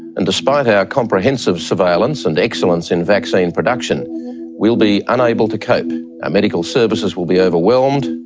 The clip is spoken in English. and despite our comprehensive surveillance and excellence in vaccine production, we will be unable to cope, our medical services will be overwhelmed,